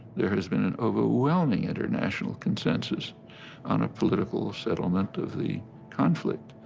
there has been an overwhelming international consensus on a political settlement of the conflict,